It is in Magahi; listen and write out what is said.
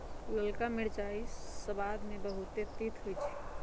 ललका मिरचाइ सबाद में बहुते तित होइ छइ